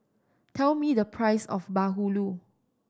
tell me the price of bahulu